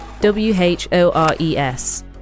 W-H-O-R-E-S